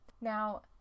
Now